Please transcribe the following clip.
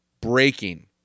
breaking